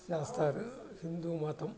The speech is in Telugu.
చేస్తారు హిందూ మతం